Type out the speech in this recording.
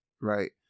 right